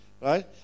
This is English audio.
right